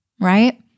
right